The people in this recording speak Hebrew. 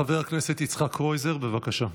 חבר הכנסת יצחק קרויזר, בבקשה.